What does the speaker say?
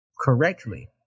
correctly